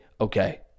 okay